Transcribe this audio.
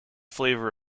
flavour